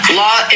law